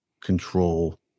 control